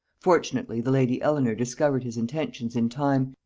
fortunately the lady elenor discovered his intentions in time,